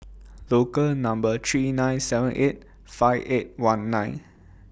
Local Number three nine seven eight five eight one nine